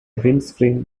windscreen